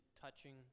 touching